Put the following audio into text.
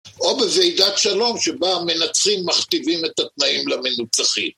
או בוועידת שלום שבה המנצחים מכתיבים את התנאים למנוצחים.